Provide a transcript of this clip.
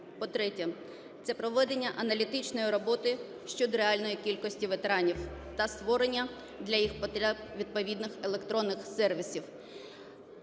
По-третє, це проведення аналітичної роботи щодо реальної кількості ветеранів та створення для їх потреб відповідних електронних сервісів.